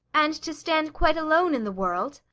and to stand quite alone in the world?